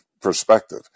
perspective